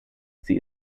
sie